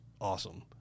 awesome